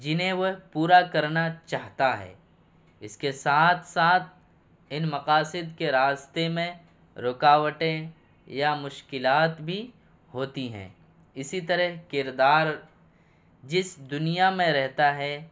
جنہیں وہ پورا کرنا چاہتا ہے اس کے ساتھ ساتھ ان مقاصد کے راستہ میں رکاوٹیں یا مشکلات بھی ہوتی ہیں اسی طرح کردار جس دنیا میں رہتا ہے